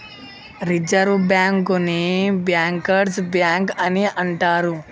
reserve బ్యాంకుని bankers bank అని అంటరు